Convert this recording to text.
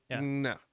no